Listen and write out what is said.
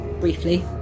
briefly